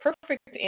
perfect